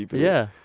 yeah.